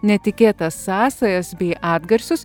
netikėtas sąsajas bei atgarsius